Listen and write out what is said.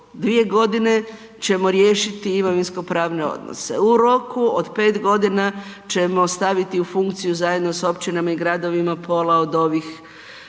dvije godine ćemo riješiti imovinsko-pravne odnose, u roku od 5 godina ćemo staviti u funkciju zajedno sa općinama i gradovima pola od ovih